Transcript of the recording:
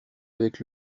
avec